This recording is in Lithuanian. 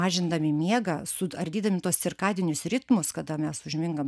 mažindami miegą suardydami tuos cirkadinius ritmus kada mes užmingam